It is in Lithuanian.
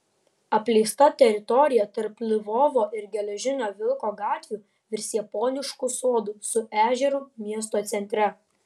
apleista teritorija tarp lvovo ir geležinio vilko gatvių virs japonišku sodu su ežeru miesto centre